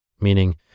meaning